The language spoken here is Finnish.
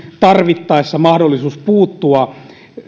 tarvittaessa mahdollisuus puuttua